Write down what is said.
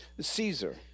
Caesar